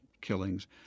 killings